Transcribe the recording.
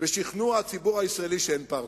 בשכנוע הציבור הישראלי שאין פרטנר.